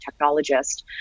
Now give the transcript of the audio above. technologist